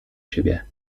siebie